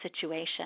situation